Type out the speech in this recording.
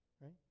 right